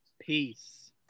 Peace